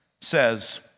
says